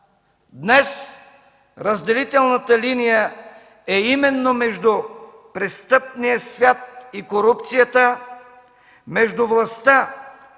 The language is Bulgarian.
Днес разделителната линия е именно между престъпния свят и корупцията, между властта,